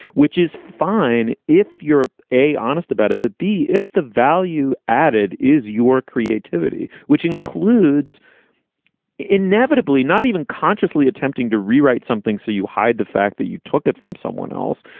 which is fine if you're a honest about it. b if the value added is your creativity, which includes inevitably not even consciously attempting to rewrite something, so you hide the fact that you took it from someone else,